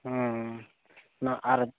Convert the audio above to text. ᱦᱩᱸ ᱱᱟ ᱟᱨ